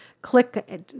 click